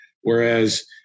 whereas